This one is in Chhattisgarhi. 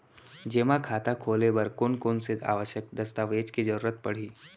जेमा खाता खोले बर कोन कोन से आवश्यक दस्तावेज के जरूरत परही?